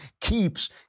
Keeps